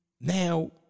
Now